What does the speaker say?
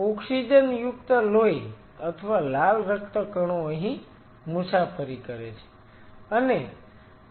oxygen યુક્ત લોહી અથવા લાલ રક્તકણો અહીં મુસાફરી કરે છે